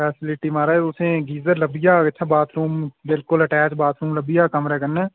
facility उत्थै माराज geyser लब्भी जाग इत्थै बाह्र बुल्कुल अटैच बाथरूम लब्भी जाग कमरे कन्नै